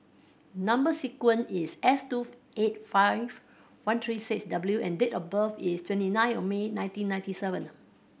number sequence is S two eight seven five one three six W and date of birth is twenty nine of May nineteen ninety seven